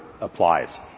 applies